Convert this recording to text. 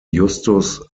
justus